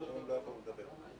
לא יוכלו לדבר.